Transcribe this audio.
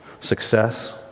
Success